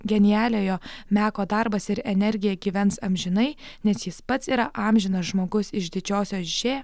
genialiojo meko darbas ir energija gyvens amžinai nes jis pats yra amžinas žmogus iš didžiosios ž